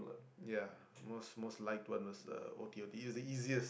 ya most most liked one was uh o_t_o_t it's the easiest